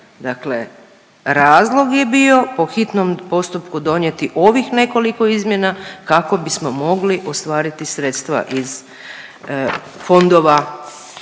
Dakle razlog je bio po hitnom postupku donijeti ovih nekoliko izmjena kako bismo mogli ostvariti sredstva iz fondova